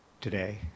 today